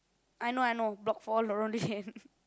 I know I know block four around